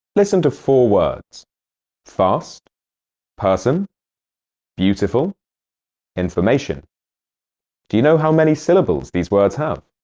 listen to four words fast person beautiful information do you know how many syllables these words have?